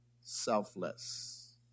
selfless